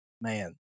Man